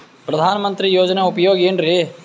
ಪ್ರಧಾನಮಂತ್ರಿ ಯೋಜನೆ ಉಪಯೋಗ ಏನ್ರೀ?